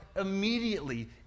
immediately